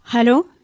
Hello